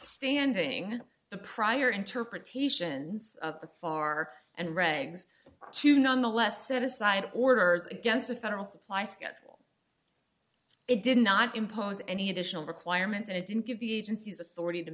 standing the prior interpretations are far and regs to nonetheless set aside orders against a federal supply schedule it did not impose any additional requirements and it didn't give the agency's authority to